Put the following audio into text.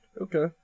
Okay